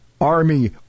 Army